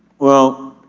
well,